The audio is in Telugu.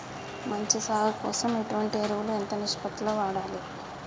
మంచి సాగు కోసం ఎటువంటి ఎరువులు ఎంత నిష్పత్తి లో వాడాలి?